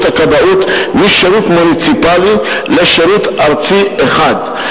הכבאות משירות מוניציפלי לשירות ארצי אחד.